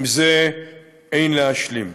עם זה אין להשלים.